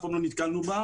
אף פעם לא נתקלנו בה.